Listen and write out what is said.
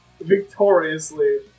victoriously